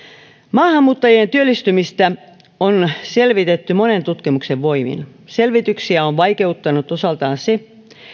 maahanmuuttajien työllistymistä on selvitetty monen tutkimuksen voimin selvityksiä on vaikeuttanut osaltaan se